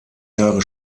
jahre